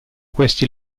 questi